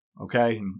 okay